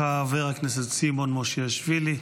חבר הכנסת סימון מושיאשוילי,